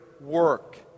work